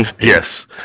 yes